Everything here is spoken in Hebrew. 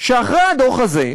שאחרי הדוח הזה,